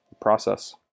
process